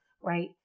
right